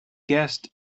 guessed